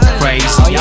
crazy